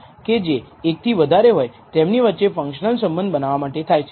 આ નક્કી કરવા માટેની ઘણી પદ્ધતિઓ છે આપણે આમાંની કેટલીક બાબતો પર ધ્યાન આપીશું